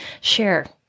share